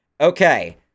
Okay